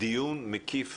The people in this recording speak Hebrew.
דיון מקיף